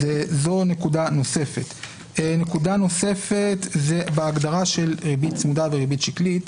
הנקודה הנוספת היא בהגדרה של ריבית צמודה וריבית שקלית.